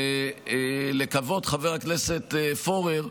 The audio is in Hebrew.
ולקוות, חבר הכנסת פורר,